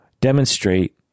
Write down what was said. demonstrate